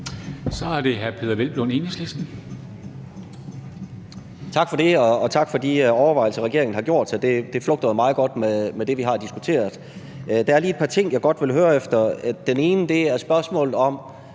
Kl. 13:16 Peder Hvelplund (EL): Tak for det, og tak for de overvejelser, regeringen har gjort sig. Det flugter jo meget godt med det, vi har diskuteret. Der er lige et par ting, jeg godt ville høre noget om. Det ene er spørgsmålet om